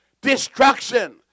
destruction